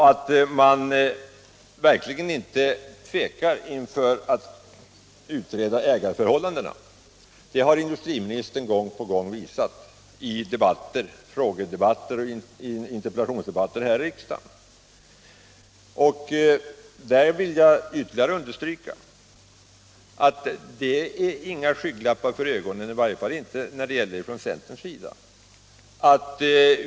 Att man verkligen inte tvekar inför uppgiften att utreda ägarförhållandena har industriministern gång på gång visat i frågeoch interpellationsdebatter här i riksdagen. Här vill jag ytterligare understryka att det inte är fråga om att ha några skygglappar för ögonen, i varje fall inte från centerns sida.